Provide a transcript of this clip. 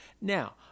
Now